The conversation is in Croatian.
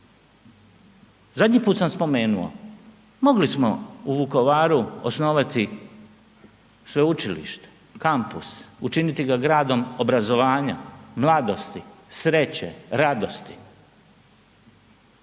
Zadnji put sam spomenuo, mogli smo u Vukovaru osnovati sveučilište, kampus, učiniti ga gradom obrazovanja, mladosti, sreće, radosti.